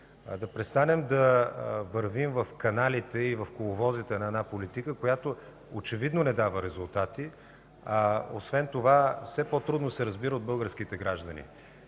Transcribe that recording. да престанем да вървим в каналите и коловозите на една политика, която очевидно не дава резултати, а освен това все по-трудно се разбира от българските граждани,